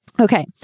Okay